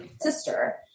sister